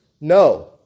No